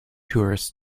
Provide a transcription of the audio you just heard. tourists